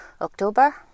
october